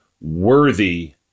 worthy